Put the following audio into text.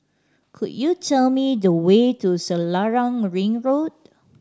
could you tell me the way to Selarang Ring Road